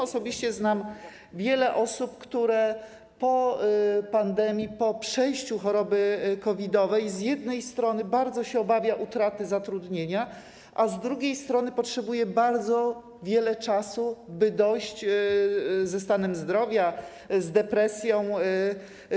Osobiście znam wiele osób, które po pandemii, po przejściu choroby COVID-owej z jednej strony bardzo się obawiają utraty zatrudnienia, a z drugiej strony potrzebują bardzo wiele czasu, by dojść do siebie - ze stanem zdrowia, z depresją.